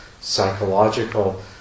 psychological